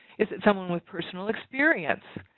is it someone with personal experience?